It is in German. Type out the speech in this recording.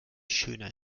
schöner